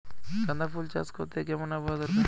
গাঁদাফুল চাষ করতে কেমন আবহাওয়া দরকার?